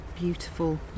Beautiful